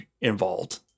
involved